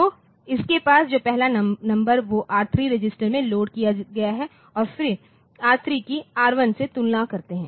तो आपके पास जो पहला नंबर वो R3 रजिस्टर में लोड किया गया है फिर हम R3 की R1 से तुलना करते हैं